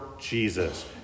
Jesus